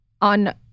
on